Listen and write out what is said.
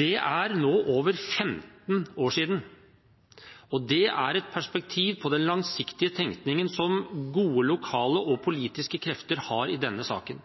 Det er nå over 15 år siden. Det er et perspektiv på den langsiktige tenkningen som gode lokale og politiske krefter har i denne saken.